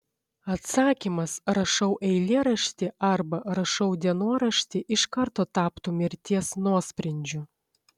atsakymas rašau eilėraštį arba rašau dienoraštį iš karto taptų mirties nuosprendžiu